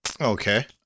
Okay